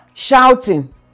Shouting